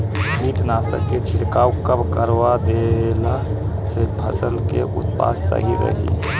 कीटनाशक के छिड़काव कब करवा देला से फसल के उत्पादन सही रही?